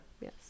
Yes